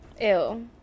Ew